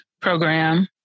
program